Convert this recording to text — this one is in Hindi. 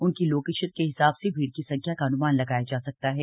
उनकी लोकेशन के हिसाब से भीड़ की संख्या का अन्मान लगाया जा सकता है